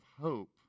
hope